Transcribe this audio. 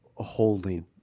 Holding